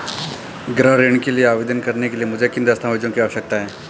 गृह ऋण के लिए आवेदन करने के लिए मुझे किन दस्तावेज़ों की आवश्यकता है?